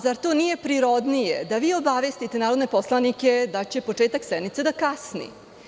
Zar to nije prirodnije da vi obavestite narodne poslanike da će početak sednice da kasni?